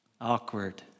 awkward